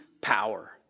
Power